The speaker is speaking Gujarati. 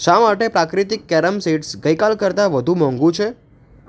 શા માટે પ્રાક્રિતિક કેરમ સીડ્સ ગઈકાલ કરતાં વધુ મોંઘુ છે